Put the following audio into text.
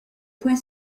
point